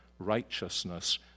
righteousness